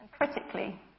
critically